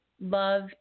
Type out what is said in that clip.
love